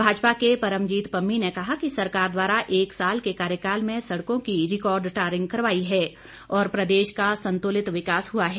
भाजपा के परमजीत पम्मी ने कहा कि सरकार द्वारा एक साल के कार्यकाल में सड़कों की रिकार्ड टारिंग करवाई है और प्रदेश का संतुलित विकास हुआ है